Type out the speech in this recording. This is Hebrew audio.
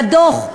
והדוח,